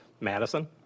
Madison